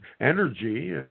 energy